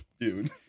Dude